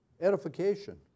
edification